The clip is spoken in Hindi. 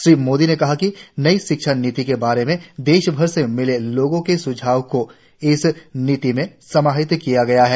श्री मोदी ने कहा कि नई शिक्षा नीति के बारे में देशभर से मिले लाखों लोगों के सुझावों को इस नीति में समाहित किया गया है